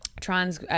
Trans